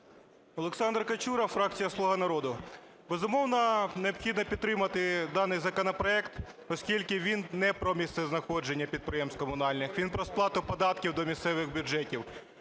Олександр Качура, фракція "Слуга народу". Безумовно, необхідно підтримати даний законопроект, оскільки він не про місцезнаходження підприємств комунальних, він про сплату податків до місцевих бюджетів.